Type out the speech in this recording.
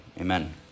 Amen